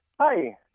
Hi